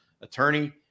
attorney